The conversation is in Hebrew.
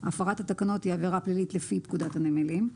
הפרת התקנות היא עבירה פלילית לפי פקודת הנמלים.